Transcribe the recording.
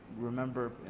remember